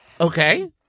Okay